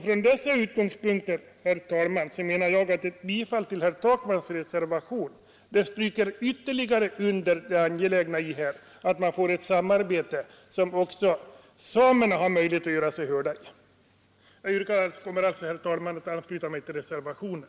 Från dessa utgångspunkter, herr talman, menar jag att ett bifall till herr Takmans reservation ytterligare stryker under det angelägna i att man får ett samarbete där också samerna har en möjlighet att göra sig hörda. Jag ansluter mig alltså, herr talman, till reservationen.